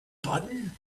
button